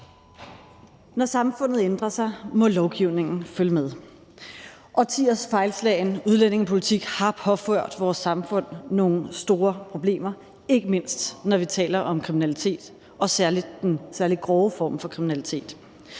Når samfundet ændrer sig, må lovgivningen følge med. Årtiers fejlslagen udlændingepolitik har påført vores samfund nogle store problemer, ikke mindst når vi taler om kriminalitet og særlig den grove form for kriminalitet.